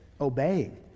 obeying